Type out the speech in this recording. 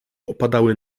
opadały